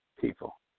people